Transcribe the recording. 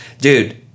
Dude